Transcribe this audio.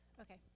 Okay